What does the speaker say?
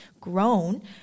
grown